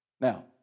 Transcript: Now